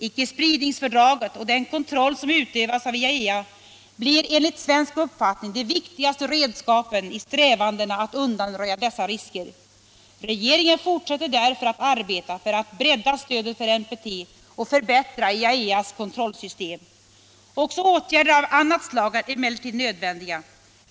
Icke-spridningsfördraget — NPT — och den kontroll som utövas av IAEA förblir enligt svensk uppfattning de viktigaste redskapen i strävandena att undanröja dessa risker. Regeringen fortsätter därför att arbeta för att bredda stödet för NPT och förbättra IAEA:s kontrollsystem. Också åtgärder av annat slag är emellertid nödvändiga.